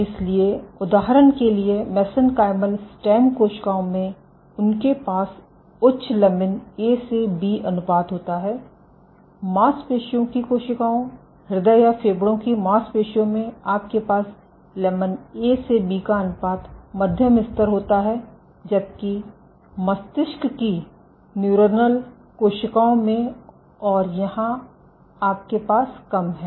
इसलिए उदाहरण के लिए मेसेनकायमल स्टेम कोशिकाओं में उनके पास उच्च लमिन ए से बी अनुपात होता है मांसपेशियों की कोशिकाओं हृदय या फेफड़े की मांसपेशियों में आपके पास लेमन ए से बी अनुपात का मध्यम स्तर होता है जबकि मस्तिष्क की न्यूरोनल कोशिकाओं में और यहां आपके पास कम है